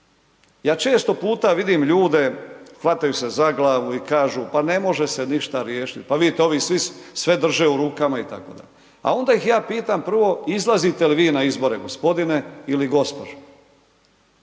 Ja često puta vidim ljude, hvataju se za glavu i kažu pa ne može se ništa riješiti, pa vidite ovi sve drže u rukama i tako. A onda ih ja pitam prvo, izlazite li vi na izbore, gospodine ili gospođo?